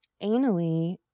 anally